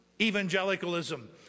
evangelicalism